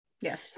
yes